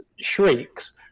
shrieks